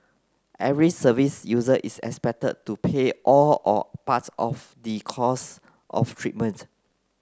every service user is expected to pay all or part of the costs of treatment